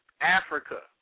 Africa